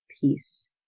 peace